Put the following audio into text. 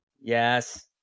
yes